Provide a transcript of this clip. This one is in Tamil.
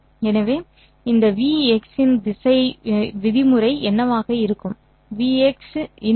எனவே இந்த vx இன் விதிமுறை என்னவாக இருக்கும் vx